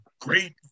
great